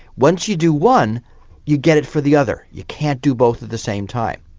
once you do one you get it for the other. you can't do both at the same time.